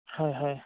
হয় হয়